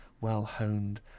well-honed